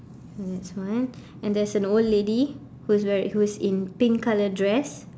and next one and there's an old lady who's weari~ who is in pink colour dress